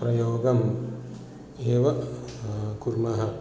प्रयोगम् एवं कुर्मः